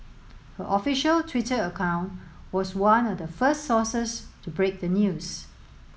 her official Twitter account was one of the first sources to break the news